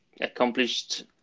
accomplished